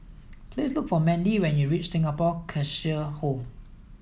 please look for Mendy when you reach Singapore Cheshire Home